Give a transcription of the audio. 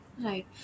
Right